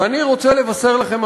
ואני רוצה לבשר לכם,